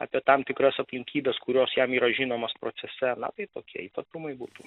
apie tam tikras aplinkybes kurios jam yra žinomos procese na tai tokie ypatumai būtų